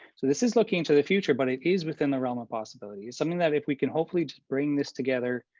so this is looking into the future, but it is within the realm of possibility is something that if we can hopefully just bring this together